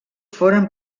foren